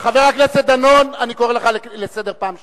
חבר הכנסת דנון, אני קורא לך לסדר פעם שנייה.